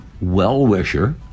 well-wisher